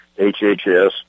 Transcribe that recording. HHS